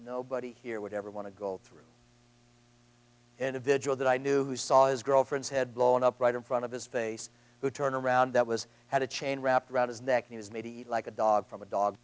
nobody here would ever want to go through individual that i knew who saw his girlfriend's head blown up right in front of his face who turned around that was had a chain wrapped around his neck he was maybe like a dog from a dog